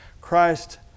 Christ